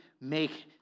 make